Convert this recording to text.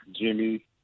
Jimmy